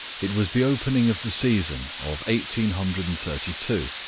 it was the opening of the season of eighteen hundred and thirty-two,